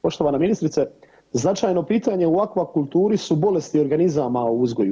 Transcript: Poštovana ministrice značajno pitanje u akvakulturi su bolesti organizama u uzgoju.